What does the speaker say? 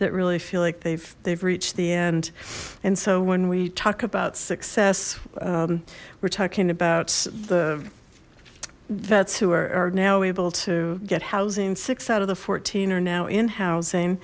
that really feel like they've they've reached the end and so when we talk about success we're talking about the vets who are now able to get housing six out of the fourteen are now in housing